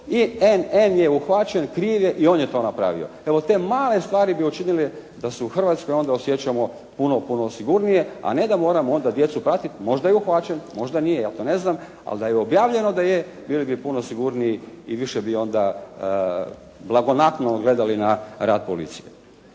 i NN je uhvaćen, kriv je, i on je to napravio. Evo te male stvari bi učinile da se u Hrvatskoj onda osjećamo puno, puno sigurnije, a ne da moramo onda djecu pratiti. Možda je uhvaćen, možda nije, ja to ne znam, ali da je objavljeno da je bili bi puno sigurniji i više bi onda blagonaklono gledali na rad policije.